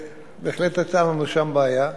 בהחלט היתה לנו שם בעיה.